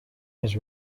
his